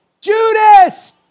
Judas